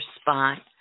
spot